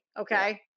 Okay